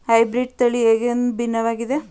Hybrid ತಳಿ ಹೇಗೆ ಭಿನ್ನವಾಗಿದೆ?